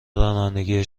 رانندگی